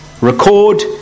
record